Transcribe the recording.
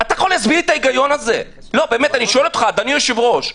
אדוני היושב-ראש,